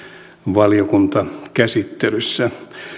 valiokuntakäsittelyssä maakaasun kulutus lienee